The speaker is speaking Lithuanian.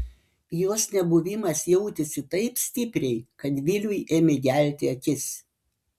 jos nebuvimas jautėsi taip stipriai kad viliui ėmė gelti akis